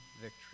victory